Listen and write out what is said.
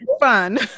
fun